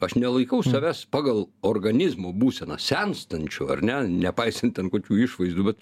aš nelaikau savęs pagal organizmo būseną senstančiu ar ne nepaisant ten kokių išvaizdų bet